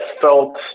felt